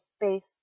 space